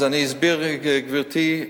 אז אני אסביר, גברתי.